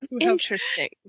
Interesting